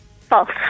False